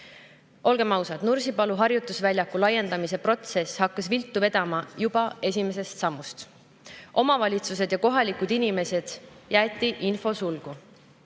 ausad, Nursipalu harjutusväljaku laiendamise protsess hakkas viltu vedama juba esimesest sammust. Omavalitsused ja kohalikud inimesed jäeti infosulgu,